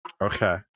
Okay